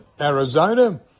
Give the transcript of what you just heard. Arizona